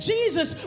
Jesus